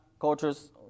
cultures